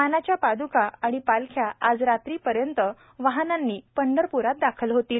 मानाच्या पादुका आणि पालख्या आज रात्रीपर्यंत वाहनांनी पंढरप्रात दाखल होतील